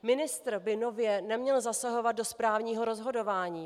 Ministr by nově neměl zasahovat do správního rozhodování.